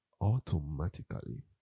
automatically